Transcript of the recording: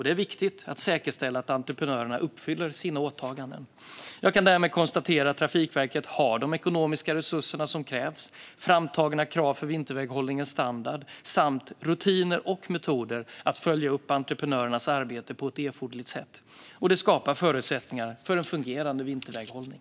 Det är viktigt att säkerställa att entreprenörerna uppfyller sina åtaganden. Jag kan därmed konstatera att Trafikverket har de ekonomiska resurser som krävs och att det finns framtagna krav för vinterväghållningens standard samt rutiner och metoder för att följa upp entreprenörernas arbete på ett erforderligt sätt. Det skapar förutsättningar för en fungerande vinterväghållning.